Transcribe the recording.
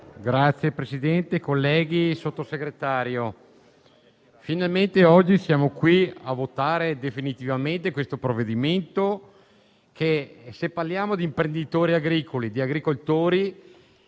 Signor Presidente, colleghi, signor Sottosegretario, finalmente oggi siamo qui a votare definitivamente questo provvedimento che, parlando di imprenditori agricoli e di agricoltori,